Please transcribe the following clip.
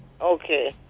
okay